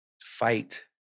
fight